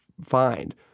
find